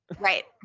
Right